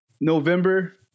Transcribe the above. November